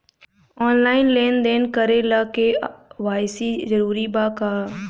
Online लेन देन करे ला के.वाइ.सी जरूरी बा का?